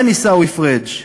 כן, עיסאווי פריג'.